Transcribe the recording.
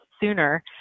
sooner